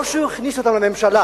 לא שהוא הכניס אותם לממשלה,